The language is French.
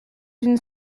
une